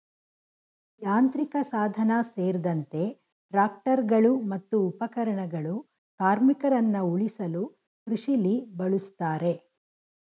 ಯಾಂತ್ರಿಕಸಾಧನ ಸೇರ್ದಂತೆ ಟ್ರಾಕ್ಟರ್ಗಳು ಮತ್ತು ಉಪಕರಣಗಳು ಕಾರ್ಮಿಕರನ್ನ ಉಳಿಸಲು ಕೃಷಿಲಿ ಬಳುಸ್ತಾರೆ